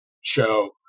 show